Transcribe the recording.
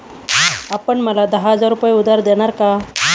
आपण मला दहा हजार रुपये उधार देणार का?